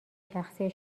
شخصی